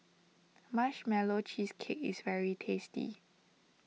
Marshmallow Cheesecake is very tasty